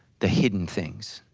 the hidden things.